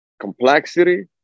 Complexity